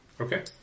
Okay